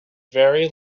very